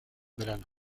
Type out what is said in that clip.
verano